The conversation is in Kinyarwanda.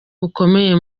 bukomeye